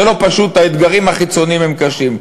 זה לא פשוט, האתגרים החיצוניים הם קשים.